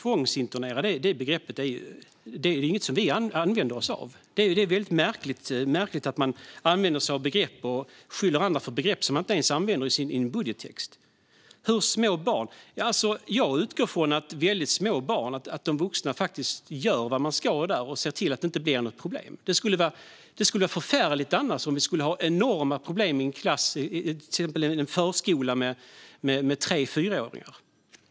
Herr talman! Tvångsinternera? Vi använder inte det begreppet. Det är märkligt att man använder sig av begrepp och skyller andra för att använda begrepp som inte ens finns med i budgettexten. Sedan var det en fråga om hur små barnen ska vara. Jag utgår från att vuxna gör vad de ska göra med små barn och ser till att det inte blir några problem. Det skulle vara förfärligt om det skulle finnas enorma problem i en förskola med 3-4-åringar.